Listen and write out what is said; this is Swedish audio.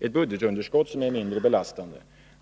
ett budgetunderskott som är mindre belastande.